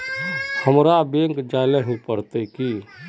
हमरा बैंक जाल ही पड़ते की?